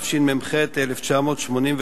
התשמ"ח 1988,